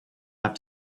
have